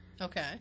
Okay